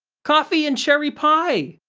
coffee and cherry pie!